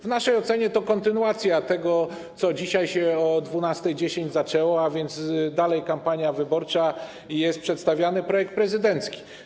W naszej ocenie to kontynuacja tego, co dzisiaj o godz. 12.10 się zaczęło, a więc dalej kampania wyborcza i jest przedstawiany projekt prezydencki.